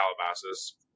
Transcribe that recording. Calabasas